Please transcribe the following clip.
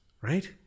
right